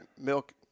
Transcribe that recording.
Milk